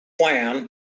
plan